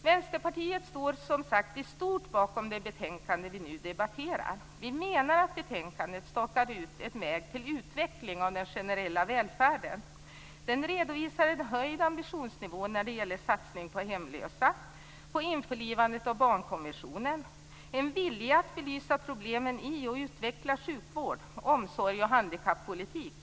Vänsterpartiet står, som sagt, i stort bakom det betänkande som vi nu debatterar. Vi anser att betänkandet stakar ut en väg till utveckling av den generella välfärden. Det redovisar en höjd ambitionsnivå när det gäller satsning på hemlösa, på införlivandet av barnkonventionen samt när det gäller en vilja att belysa problemen i och utveckla sjukvård, omsorg och handikappolitik.